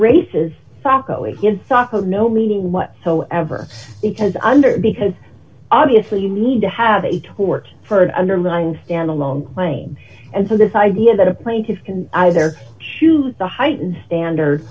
sako no meaning whatsoever because under because obviously you need to have a tort for the underlying standalone claim and so this idea that a plaintiff can either choose the heightened standard